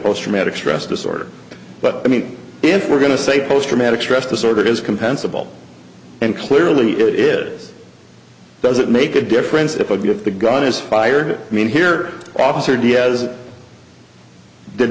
post traumatic stress disorder but i mean if we're going to say post traumatic stress disorder is compensable and clearly it is does it make a difference if the gun is fired i mean here officer diaz did